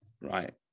right